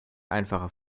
einfacher